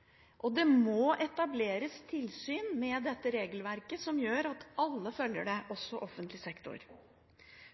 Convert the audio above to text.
Det må svi. Det må etableres tilsyn med dette regelverket som gjør at alle følger det, også offentlig sektor.